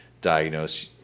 diagnose